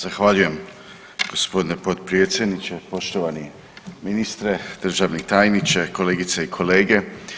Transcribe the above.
Zahvaljujem gospodine potpredsjedniče, poštovani ministre, državni tajniče, kolegice i kolege.